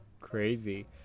Crazy